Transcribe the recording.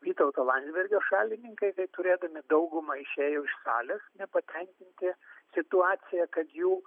vytauto landsbergio šalininkai tai turėdami daugumą išėjo iš salės nepatenkinti situacija kad jų